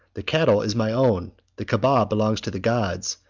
the cattle is my own the caaba belongs to the gods,